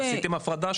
עשיתם שם הפרדה.